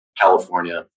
California